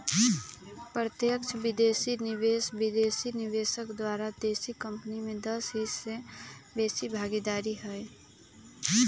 प्रत्यक्ष विदेशी निवेश विदेशी निवेशक द्वारा देशी कंपनी में दस हिस्स से बेशी भागीदार हइ